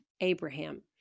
Abraham